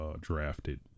drafted